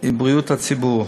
ובריאות הציבור.